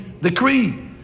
decree